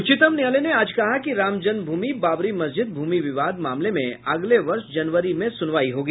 उच्चतम न्यायालय ने आज कहा कि रामजन्म भूमि बाबरी मस्जिद भूमि विवाद मामले में अगले वर्ष जनवरी में सुनवाई होगी